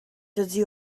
dydy